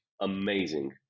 amazing